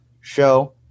show